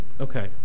Okay